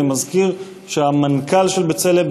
אני מזכיר שהמנכ"ל של "בצלם",